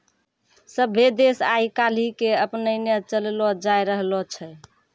सभ्भे देश आइ काल्हि के अपनैने चललो जाय रहलो छै